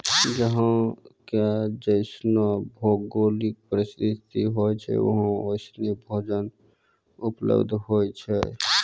जहां के जैसनो भौगोलिक परिस्थिति होय छै वहां वैसनो भोजनो उपलब्ध होय छै